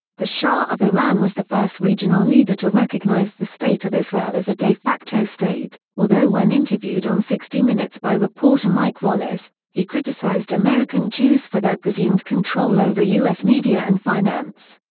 the shah of iran was the first regional leader to recognize the state of israel as a de facto state, although when interviewed on sixty minutes by reporter mike wallace, he criticized american jews for their presumed control over u s. media and finance.